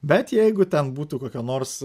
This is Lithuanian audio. bet jeigu ten būtų kokia nors